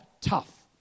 tough